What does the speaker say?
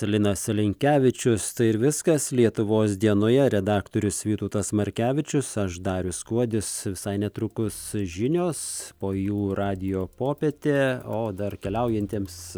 linas linkevičius tai ir viskas lietuvos dienoje redaktorius vytautas markevičius aš darius kuodis visai netrukus žinios po jų radijo popietė o dar keliaujantiems